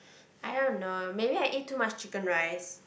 I don't know maybe I ate too much chicken rice